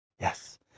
Yes